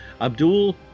Abdul